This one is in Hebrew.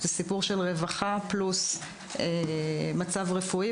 זה סיפור של רווחה פלוס מצב רפואי,